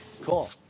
Cool